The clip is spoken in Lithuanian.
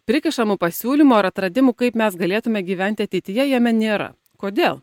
prikišamų pasiūlymų ar atradimų kaip mes galėtume gyventi ateityje jame nėra kodėl